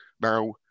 Now